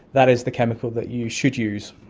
that is the chemical that you should use.